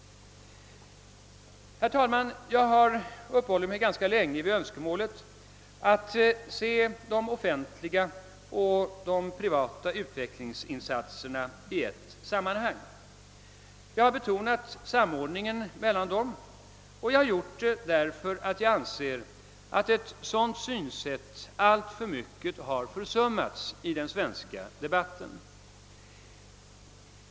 Herr talman! Jag har uppehållit mig ganska länge vid önskemålet att se de offentliga och de privata utvecklingsinsatserna i ett sammanhang. Jag har betonat samordningen mellan dem, och jag har gjort det därför att jag anser att ett sådant synsätt alltför mycket har försummats i den svenska debatten.